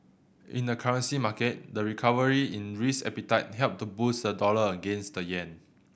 in the currency market the recovery in risk appetite helped to boost the dollar against the yen